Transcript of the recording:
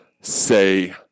say